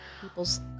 people's